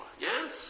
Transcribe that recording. Yes